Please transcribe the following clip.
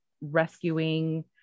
rescuing